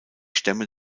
stämme